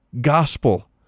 gospel